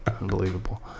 Unbelievable